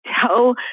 tell